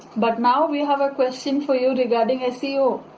but now we have a question for you regarding ah seo.